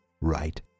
right